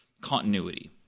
continuity